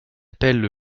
appellent